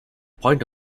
point